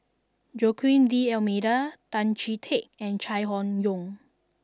Joaquim D'almeida Tan Chee Teck and Chai Hon Yoong